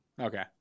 Okay